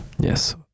Yes